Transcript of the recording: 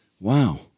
Wow